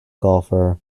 golfer